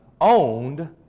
owned